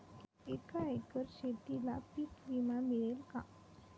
एका एकर शेतीला पीक विमा मिळेल का?